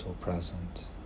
present